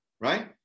Right